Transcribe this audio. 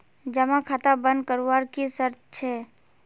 जमा खाता बन करवार की शर्त छे?